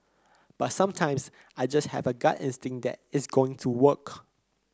but sometimes I just have a gut instinct that it's going to work